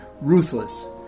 ruthless